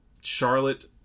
Charlotte